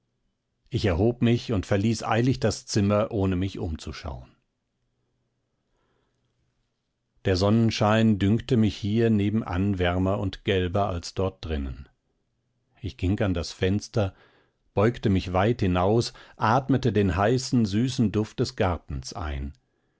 ich erhob mich und verließ eilig das zimmer ohne mich umzuschauen der sonnenschein dünkte mich hier nebenan wärmer und gelber als dort drinnen ich ging an das fenster beugte mich weit hinaus atmete den heißen süßen duft des gartens ein